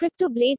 CryptoBlades